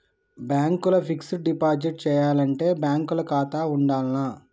Bank ల fixed deposit చేయాలంటే bank ల ఖాతా ఉండాల్నా?